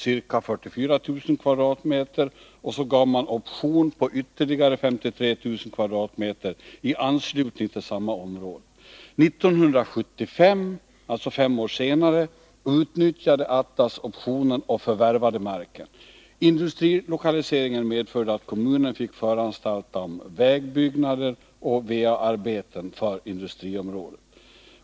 mark till Atlas Copco och gav option på ytterligare 53 000 m? i anslutning till samma område. 1975 — alltså fem år senare — utnyttjade Atlas Copco optionen och förvärvade marken. Industrilokaliseringen medförde att kommunen fick föranstalta om vägbyggnader och andra arbeten för industriområdet.